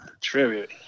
tribute